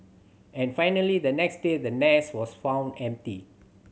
and finally the next day the nest was found empty